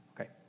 okay